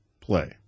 play